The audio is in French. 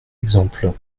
exemples